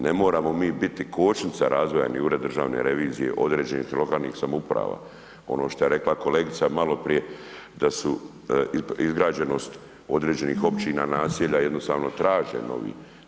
Ne moramo mi biti kočnica razvoja ni Ured državne revizije određenih lokalnih samouprava, ono što je rekla kolegica maloprije da su izgrađenost određenih općina, naselja, jednostavno traže novi.